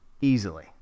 easily